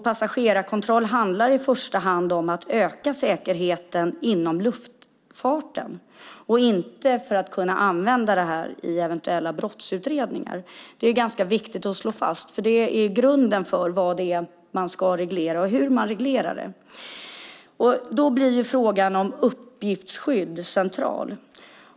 Passagerarkontroll handlar i första hand om att öka säkerheten inom luftfarten och inte om att kunna använda detta i eventuella brottsutredningar. Det är ganska viktigt att slå fast, för det är grunden för vad det är man ska reglera och hur man reglerar det. Då blir frågan om uppgiftsskydd central.